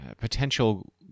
potential